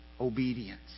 obedience